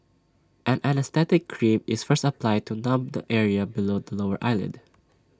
an anaesthetic cream is first applied to numb the area below the lower eyelid